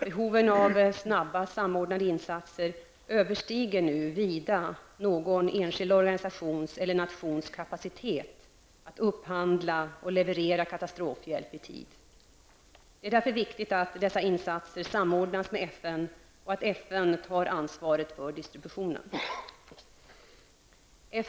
Behoven av snabba samordnade insatser överstiger nu vida någon enskild organisations eller nations kapacitet att upphandla och leverera katastrofhjälp i tid. Det är därför viktigt att dessa insatser samordnas med FN och att FN tar ansvaret för distributionen.